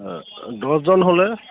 দহজন হ'লে